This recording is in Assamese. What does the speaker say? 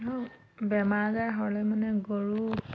বেমাৰ আজাৰ হ'লে মানে গৰু